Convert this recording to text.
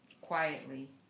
quietly